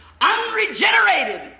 Unregenerated